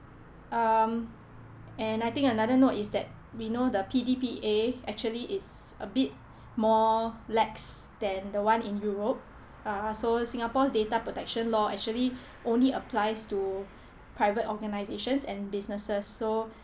um and I think another note is that we know the P_D_P_A actually is a bit more lacks than the one in europe uh so singapore's data protection law actually only applies to private organizations and businesses so